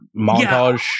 montage